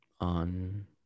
On